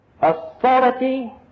authority